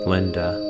Linda